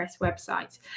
website